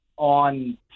On